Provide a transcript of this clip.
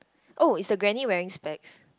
oh is the granny wearing specs